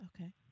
Okay